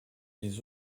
les